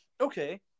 Okay